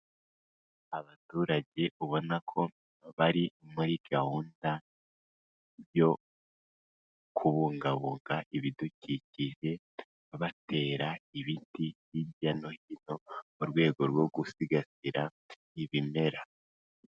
Abaturage ubona ko bari muri gahunda yo kubungabunga ibidukikije batera ibiti hirya no hino, mu rwego rwo gusigasira ibimera.